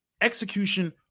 execution